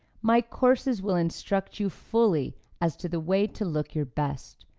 my courses will instruct you fully as to the way to look your best,